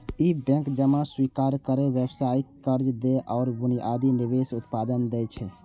ई bank जमा स्वीकार करै, व्यावसायिक कर्ज दै आ बुनियादी निवेश उत्पाद दै छै